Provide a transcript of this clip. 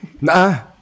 Nah